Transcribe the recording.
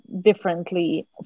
differently